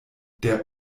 der